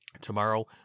tomorrow